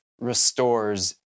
restores